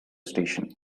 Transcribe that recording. station